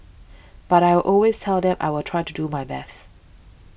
but I always tell them I will try to do my best